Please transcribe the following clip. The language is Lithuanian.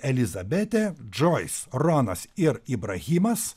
elizabetė džois ronas ir ibrahimas